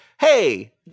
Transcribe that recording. hey